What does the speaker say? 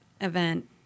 event